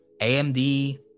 AMD